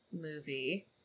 movie